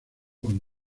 con